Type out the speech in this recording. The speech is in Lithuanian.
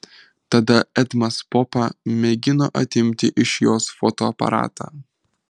tada edmas popa mėgino atimti iš jos fotoaparatą